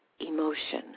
emotion